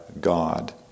God